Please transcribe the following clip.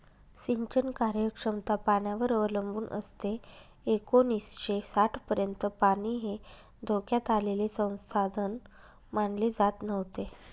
सिंचन कार्यक्षमता पाण्यावर अवलंबून असते एकोणीसशे साठपर्यंत पाणी हे धोक्यात आलेले संसाधन मानले जात नव्हते